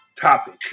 topic